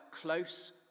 close